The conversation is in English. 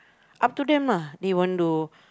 up to them ah they want to